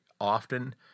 often